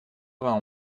vingt